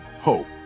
hope